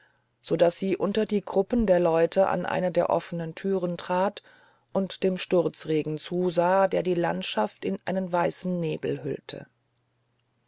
so daß sie unter die gruppen der leute an eine der offenen türen trat und dem sturzregen zusah der die landschaft in einen weißen nebel hüllte